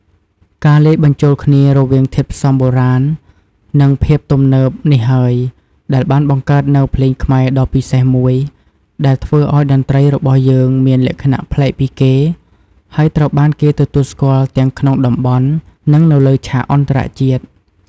ការលាយបញ្ចូលគ្នា រវាងធាតុផ្សំបុរាណ និងភាពទំនើបនេះហើយ ដែលបានបង្កើតនូវ ភ្លេងខ្មែរ ដ៏ពិសេសមួយ ដែលធ្វើឱ្យតន្ត្រីរបស់យើងមាន លក្ខណៈប្លែកពីគេ ហើយត្រូវបានគេទទួលស្គាល់ទាំងក្នុងតំបន់ និងនៅលើឆាកអន្តរជាតិ។